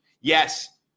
Yes